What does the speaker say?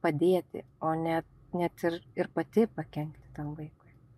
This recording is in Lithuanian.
padėti o ne net ir ir pati pakenkti tam vaikui